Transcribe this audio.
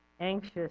anxious